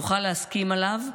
נוכל להסכים עליו,